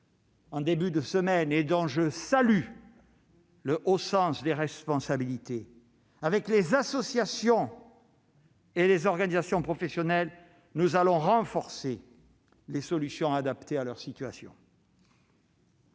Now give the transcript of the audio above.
en début de semaine et dont je salue le haut sens des responsabilités, avec les associations et les organisations professionnelles, nous allons renforcer les solutions adaptées à leur situation.